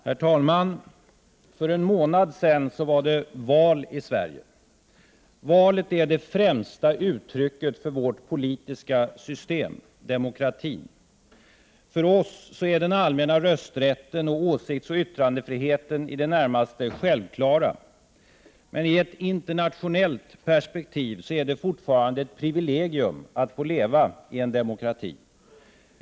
Herr talman! För en månad sedan var det val i Sverige. Valet är det främsta uttrycket för vårt politiska system, demokratin. För oss är den allmänna rösträtten och åsiktsoch yttrandefriheten i det närmaste självklara. Meni ett internationellt perspektiv är det fortfarande ett privilegium att få leva i en demokrati.